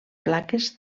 plaques